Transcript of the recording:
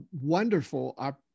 wonderful